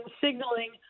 signaling